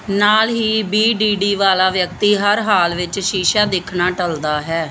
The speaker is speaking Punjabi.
ਨਾਲ ਹੀ ਬੀ ਡੀ ਡੀ ਵਾਲਾ ਵਿਅਕਤੀ ਹਰ ਹਾਲ ਵਿੱਚ ਸ਼ੀਸ਼ਾ ਦੇਖਣਾ ਟਲਦਾ ਹੈ